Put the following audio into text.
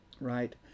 Right